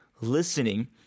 listening